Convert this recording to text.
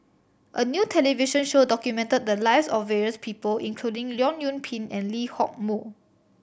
a new television show documented the lives of various people including Leong Yoon Pin and Lee Hock Moh